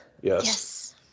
Yes